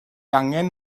angen